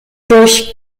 durch